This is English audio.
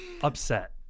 upset